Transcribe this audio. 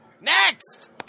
Next